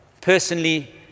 personally